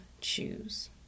choose